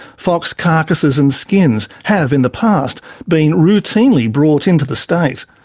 fox carcases and skins have in the past been routinely brought into the state.